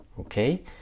Okay